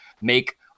make